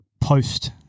post